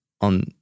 on